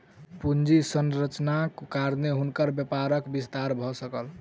पूंजी संरचनाक कारणेँ हुनकर व्यापारक विस्तार भ सकल